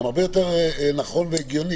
גם זה הרבה יותר נכון והגיוני,